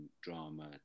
drama